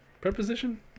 Preposition